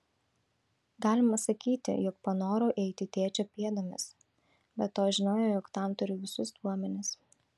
galima sakyti jog panorau eiti tėčio pėdomis be to žinojau jog tam turiu visus duomenis